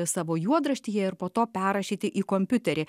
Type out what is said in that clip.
savo juodraštyje ir po to perrašyti į kompiuterį